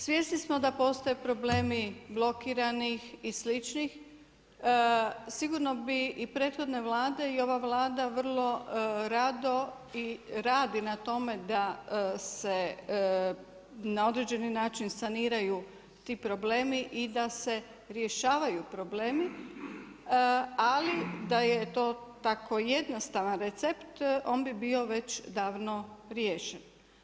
Svjesni smo da postoje problemi blokiranih i sličnih, sigurno bi i prethodne Vlade i ova Vlada vrlo rado i radi na tome da se određeni način saniraju ti problemi i da se rješavaju problemi ali da je to tako jednostavan recept on bi bio već davno riješen.